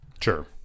Sure